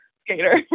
skater